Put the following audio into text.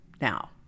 now